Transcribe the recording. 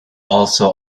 also